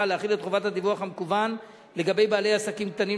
להחיל את חובת הדיווח המקוון לגבי בעלי עסקים קטנים.